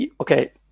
Okay